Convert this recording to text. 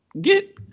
Get